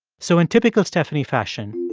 so in typical stephanie fashion,